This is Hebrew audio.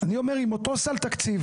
אני אומר שאם אותו סל תקציב,